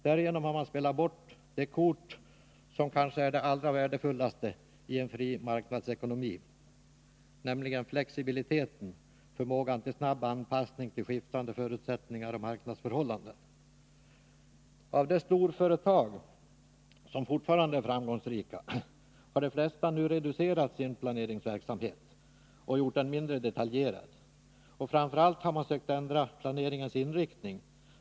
Därigenom har man spelat bort det kort som kanske är det allra värdefullaste i en fri marknadsekonomi, nämligen flexibiliteten och förmågan till snabb anpassning till skiftande förutsättningar och marknadsförhållanden. Av de storföretag som fortfarande är framgångsrika har de flesta nu reducerat sin planeringsverksamhet och gjort den mindre detaljerad. Framför allt har man sökt ändra planeringens inriktning.